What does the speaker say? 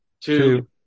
two